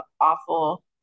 awful